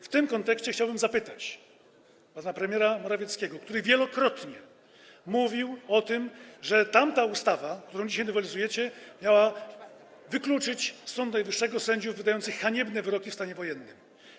W tym kontekście chciałbym zapytać pana premiera Morawieckiego, który wielokrotnie mówił o tym, że tamta ustawa, którą dzisiaj nowelizujecie, miała wykluczyć z Sądu Najwyższego sędziów wydających haniebne wyroki w stanie wojennym.